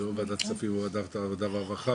זה או ועדת כספים או ועדת העבודה והרווחה.